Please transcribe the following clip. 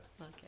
Okay